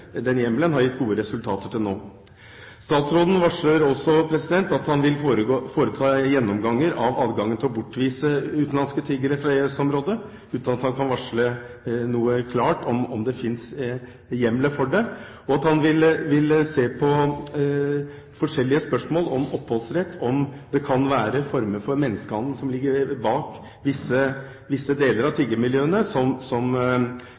til nå. Statsråden varsler også at han vil foreta en gjennomgang av adgangen til å bortvise utenlandske tiggere fra EØS-området, uten at han kan varsle klart om det fins hjemler for det. Han vil se på forskjellige spørsmål om oppholdsrett, om det kan være former for menneskehandel som ligger bak visse deler av tiggermiljøene, som